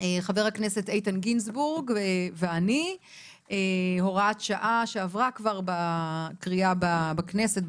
חבר הכנסת איתן גינזבורג ואני הוראת שעה שעברה כבר בקריאה בכנסת,